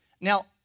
Now